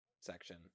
section